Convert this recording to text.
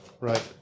Right